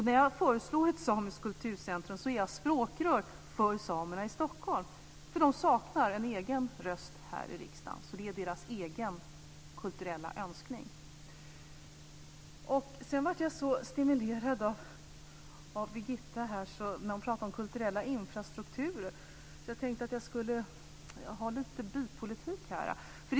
När jag föreslår ett samiskt kulturcentrum är jag språkrör för samerna i Stockholm, för de saknar en egen röst här i riksdagen. Jag framför alltså deras egen kulturella önskning. Jag blev så stimulerad av Birgitta Sellén när hon talade om kulturella infrastrukturer så jag tänkte tala lite bypolitik här.